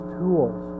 tools